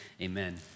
amen